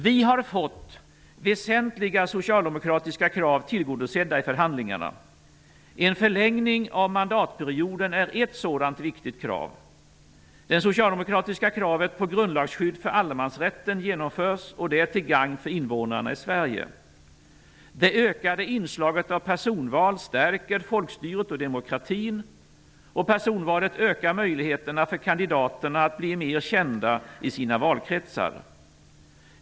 Vi har fått väsentliga socialdemokratiska krav tillgodosedda i förhandlingarna. En förlängning av mandatperioden är ett sådant viktigt krav. Det socialdemokratiska kravet på grundlagsskydd för allemansrätten genomförs. Det är till gagn för invånarna i Sverige. Det ökade inslaget av personval stärker folkstyret och demokratin. Personval ökar möjligheterna för kandidaterna att bli mer kända i sina valkretsar.